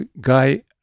Guy